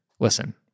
Listen